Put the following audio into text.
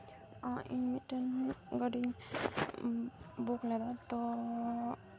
ᱤᱧ ᱢᱤᱫᱴᱟᱝ ᱜᱟᱹᱰᱤᱧ ᱵᱩᱠ ᱞᱮᱫᱟ ᱛᱚ